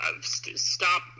Stop